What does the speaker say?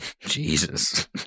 Jesus